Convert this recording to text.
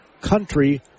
Country